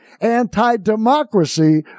anti-democracy